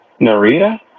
Narita